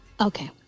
Okay